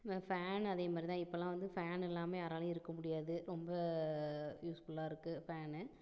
fan அதே மாதிரிதான் இப்பலாம் வந்து ஃபேன் இல்லாமல் யாராலையும் இருக்க முடியாது ரொம்ப யூஸ்ஃபுல்லாக இருக்குது ஃபேன்